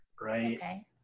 right